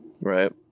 right